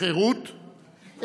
חברת הכנסת יעל גרמן,